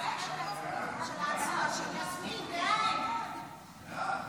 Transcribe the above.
ההצעה להעביר את הצעת חוק עידוד תרומות מזון (תיקון)